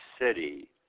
City